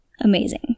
amazing